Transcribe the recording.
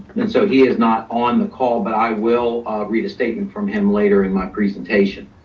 and so he is not on the call, but i will read a statement from him later in my presentation.